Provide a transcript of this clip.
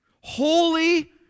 holy